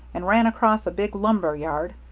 and ran across a big lumber yard,